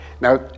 Now